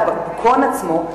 על הבקבוקון עצמו,